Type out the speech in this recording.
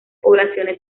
poblaciones